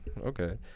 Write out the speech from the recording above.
okay